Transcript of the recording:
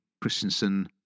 Christensen